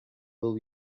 will